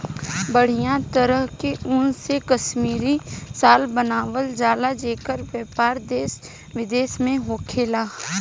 बढ़िया तरह के ऊन से कश्मीरी शाल बनावल जला जेकर व्यापार देश विदेश में होखेला